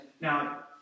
now